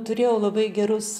turėjau labai gerus